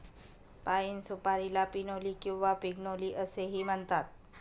पाइन सुपारीला पिनोली किंवा पिग्नोली असेही म्हणतात